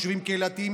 יישובים קהילתיים,